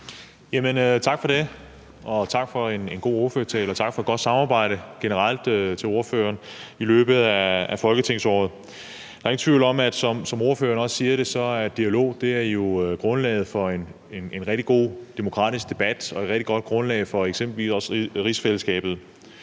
tak for det, og tak for en god ordførertale, og tak til ordføreren for et generelt godt samarbejde i løbet af folketingsåret. Der er ingen tvivl om – som ordføreren også siger det – at dialog jo er grundlaget for en rigtig god demokratisk debat og et rigtig godt grundlag for eksempelvis også rigsfællesskabet.